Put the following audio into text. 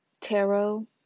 tarot